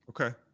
Okay